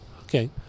Okay